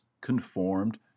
conformed